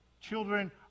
Children